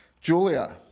Julia